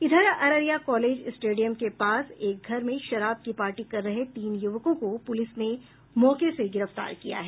इधर Araria college stadium के पास एक घर में शराब की पार्टी कर रहे तीन युवकों को पुलिस ने मौके से गिरफ्तार किया है